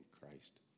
Christ